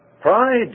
Pride